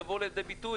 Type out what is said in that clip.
יבואו לידי ביטוי